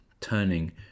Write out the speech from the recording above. turning